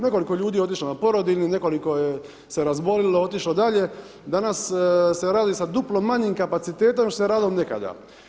Nekoliko ljudi je otišlo na porodiljni, nekoliko se razbolilo, otišlo dalje, danas se radi sa duplo manjim kapacitetom nego što se radilo nekada.